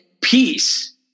peace